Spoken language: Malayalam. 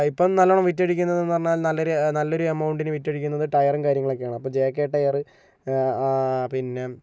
ഇപ്പോൾ നല്ലോണം വിറ്റഴിക്കുന്നത് എന്ന് പറഞ്ഞാല് നല്ലൊരു നല്ലൊരു എമൗണ്ടിന് വിറ്റഴിക്കുന്നത് ടയറും കാര്യങ്ങളും ഒക്കെയാണ് അപ്പോൾ ജെ കെ ടയറ് പിന്നെ